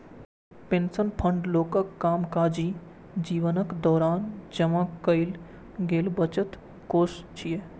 pension fund लोकक कामकाजी जीवनक दौरान जमा कैल गेल बचतक कोष छियै